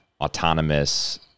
autonomous